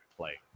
play